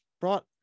brought